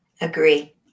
Agree